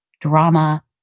drama